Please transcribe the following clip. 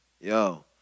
Yo